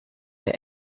der